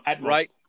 Right